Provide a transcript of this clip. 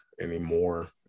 anymore